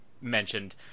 mentioned